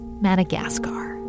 Madagascar